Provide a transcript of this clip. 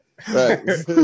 Thanks